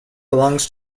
belongs